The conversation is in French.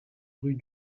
rue